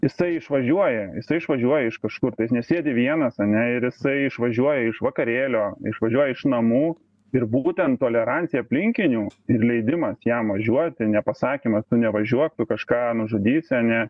jisai išvažiuoja jisai išvažiuoja iš kažkur nesėdi vienas ane ir jisai išvažiuoja iš vakarėlio išvažiuoja iš namų ir būtent tolerancija aplinkinių ir leidimas jam važiuoti nepasakymas tu nevažiuok tu kažką nužudysi ane